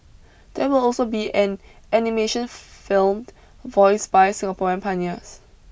there will also be an animation filmed voiced by Singaporean pioneers